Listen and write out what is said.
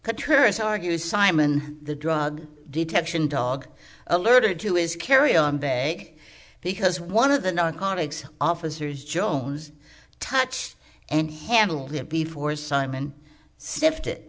hurt argues simon the drug detection dog alerted to his carry on bag because one of the narcotics officers jones touched and handled it before simon sniffed it